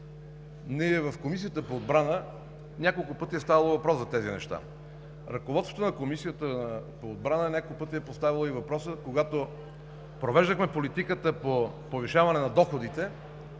– в Комисията по отбрана няколко пъти е ставало въпрос за тези неща. Ръководството на Комисията по отбрана няколко пъти е поставяло въпроса – когато провеждахме политиката по повишаване на доходите,